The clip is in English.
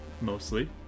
Mostly